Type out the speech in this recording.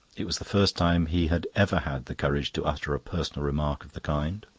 it was the first time he had ever had the courage to utter a personal remark of the kind.